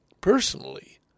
personally